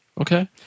Okay